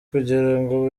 kugirango